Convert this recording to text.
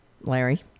Larry